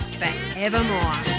forevermore